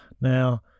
Now